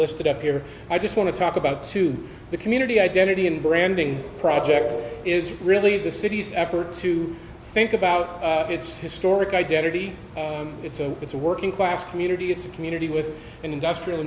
listed up here i just want to talk about to the community identity and branding project is really the city's effort to think about its historic identity its own it's a working class community it's a community with an industrial